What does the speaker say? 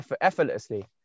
effortlessly